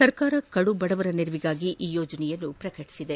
ಸರ್ಕಾರ ಕಡುಬಡವರ ನೆರವಿಗಾಗಿ ಈ ಯೋಜನೆಯನ್ನು ಪ್ರಕಟಿಸಿದೆ